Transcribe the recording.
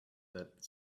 that